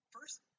first